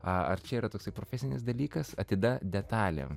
ar čia yra toksai profesinis dalykas atida detalėm